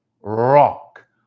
rock